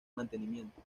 mantenimiento